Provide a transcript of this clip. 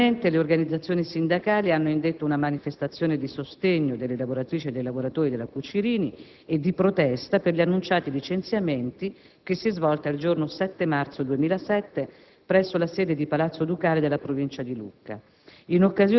Immediatamente le organizzazioni sindacali hanno indetto una manifestazione di sostegno alle lavoratrici e ai lavoratori della Cucirini e di protesta per gli annunciati licenziamenti, che si è svolta il giorno 7 marzo 2007 presso la sede di Palazzo Ducale della Provincia di Lucca,